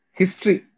history